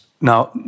Now